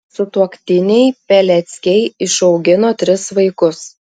sutuoktiniai peleckiai išaugino tris vaikus